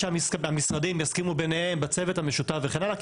שהמשרדים יסכימו ביניהם בצוות המשותף וכן הלאה,